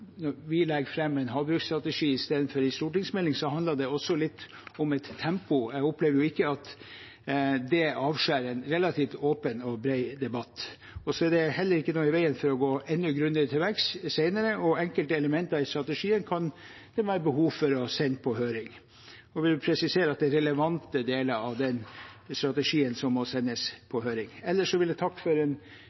et tempo. Jeg opplever ikke at det avskjærer en relativt åpen og bred debatt. Det er heller ikke noe i veien for å gå enda grundigere til verks senere, og enkelte elementer i strategien kan det være behov for å sende på høring. Jeg vil presisere at det er relevante deler av den strategien som må sendes på høring. Ellers vil jeg takke for